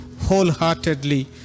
wholeheartedly